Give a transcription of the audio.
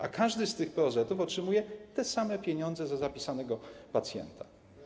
A każdy z tych POZ-ów otrzymuje te same pieniądze za zapisanego pacjenta.